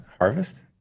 Harvest